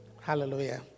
Hallelujah